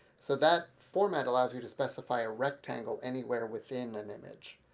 so that format allows you to specify a rectangle anywhere within an image.